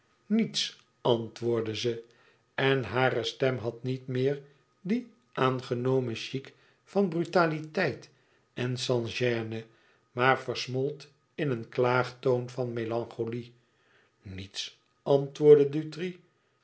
niets antwoordde ze en hare stem had niet meer dien aangenomen chic van brutaliteit en sans-gêne maar versmolt in een klaagtoon van melancholie niets antwoordde